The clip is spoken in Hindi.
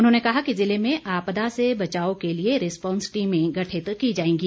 उन्होंने कहा कि जिले में आपदा से बचाव के लिए रिस्पांस टीमें गठित की जाएंगी